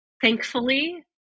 thankfully